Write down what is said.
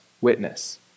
witness